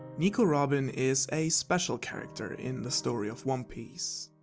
nico robin is a special character in the story of one piece.